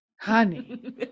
Honey